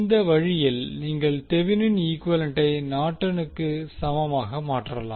இந்த வழியில் நீங்கள் தெவினின் ஈக்குவேலண்டை நார்டனுக்கு சமமாக மாற்றலாம்